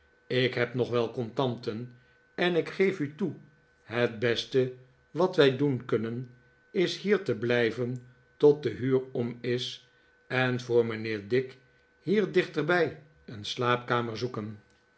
ik heb nog wat contanten en ik geef u toe het beste wat wij doen kunnen is hier te blijven tot de huur om is en voor mijnheer dick hier dichtbij een slaapkamer zoeken